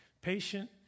patient